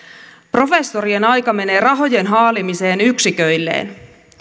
professorien aika menee rahojen haalimiseen yksiköilleen